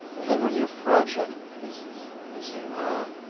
and then when you approach it you see, ah,